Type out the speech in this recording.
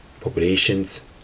populations